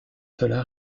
cela